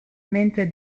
mentre